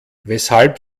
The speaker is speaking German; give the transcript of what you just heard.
weshalb